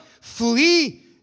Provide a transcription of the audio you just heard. Flee